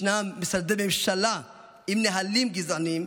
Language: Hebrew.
יש משרדי ממשלה עם נהלים גזעניים,